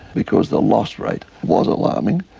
because the loss rate was alarming,